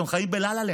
אתם חיים בלה-לה-לנד.